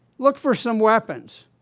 look for some weapons.